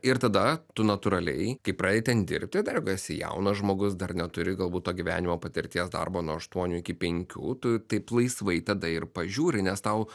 ir tada tu natūraliai kai pradedi ten dirbti dar esi jaunas žmogus dar neturi galbūt to gyvenimo patirties darbo nuo aštuonių iki penkių tu taip laisvai tada ir pažiūri nes tau